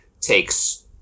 takes